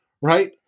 right